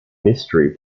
mystery